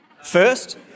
first